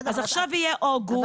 אז עכשיו יהיה אוגוסט,